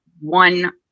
one